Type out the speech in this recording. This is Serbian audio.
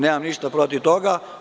Nemam ništa protiv toga.